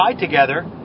together